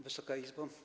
Wysoka Izbo!